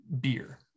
beer